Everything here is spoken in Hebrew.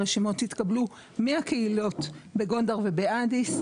הרשימות התקבלו מהקהילות בגונדר ובאדיס,